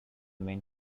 main